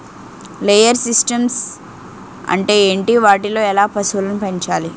Layer systems అంటే ఏంటి? వాటిలో ఎలా పశువులను పెంచాలి?